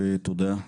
תודה,